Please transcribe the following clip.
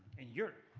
in europe.